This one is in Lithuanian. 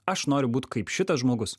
aš noriu būt kaip šitas žmogus